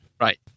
Right